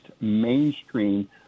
mainstream